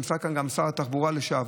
נמצא כאן גם שר התחבורה לשעבר.